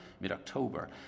mid-October